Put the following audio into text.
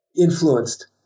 influenced